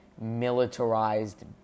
militarized